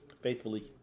Faithfully